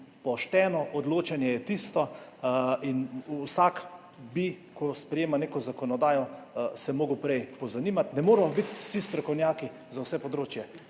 Pošteno odločanje je tisto, in vsak bi, ko sprejema neko zakonodajo, se moral prej pozanimati. Ne moremo biti vsi strokovnjaki za vsa področja.